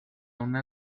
una